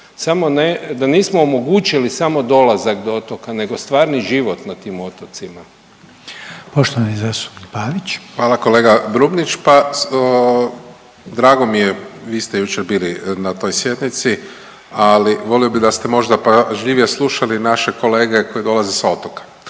da nismo omogućili samo dolazak do otoka, nego stvarni život na tim otocima. **Reiner, Željko (HDZ)** Poštovani zastupnik Pavić. **Pavić, Marko (HDZ)** Hvala kolega Brumnić. Drago mi je, vi ste jučer bili na toj sjednici ali volio bih da ste možda pažljivije slušali naše kolege koji dolaze sa otoka.